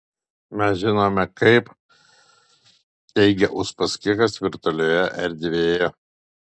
mes žinome kaip teigia uspaskichas virtualioje erdvėje